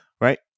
right